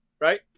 Right